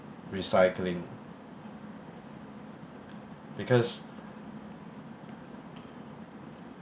recycling because